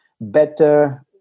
better